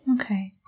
Okay